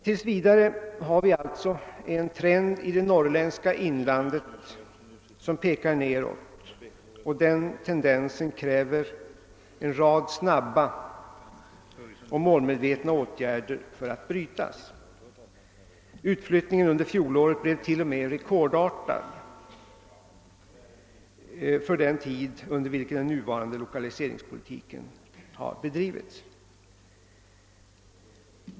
Tills vidare har vi alltså en trend i det norrländska inlandet som pekar nedåt och denne tendens kräver en rad snabba och målmedvetna åtgärder för att brytas. Utflyttningen under fjolåret blev t.o.m. rekordartad för den tid under vilken den nuvarande lokaliseringspolitiken bedrivits.